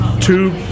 Two